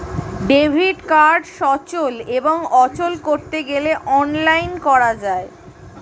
debit card সচল এবং অচল করতে গেলে অনলাইন করা যায়